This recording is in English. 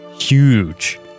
huge